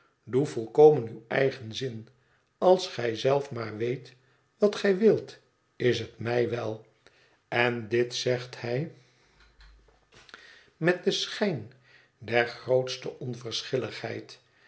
doe volkomen uw eigen zin als gij zelf maar weet wat gij wilt is hét mij wel en dit zegt hij met den schijn der grootste onverschilligheid